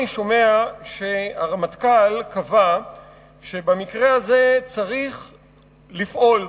אני שומע שהרמטכ"ל קבע שבמקרה הזה צריך לפעול,